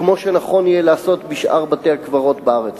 כמו שנכון יהיה לעשות בשאר בתי-הקברות בארץ.